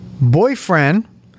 boyfriend